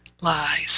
lies